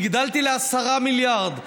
הגדלתי ל-10 מיליארד.